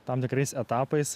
tam tikrais etapais